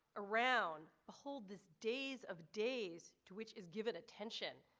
around the hole this days of days to which is given attention